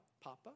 papa